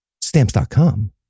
stamps.com